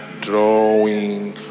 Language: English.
drawing